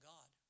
God